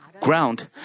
ground